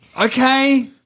Okay